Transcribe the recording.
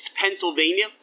Pennsylvania